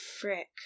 Frick